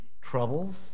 troubles